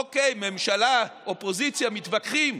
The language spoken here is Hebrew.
אוקיי, ממשלה, אופוזיציה, מתווכחים,